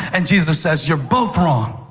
and jesus says, you're both wrong,